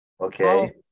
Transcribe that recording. Okay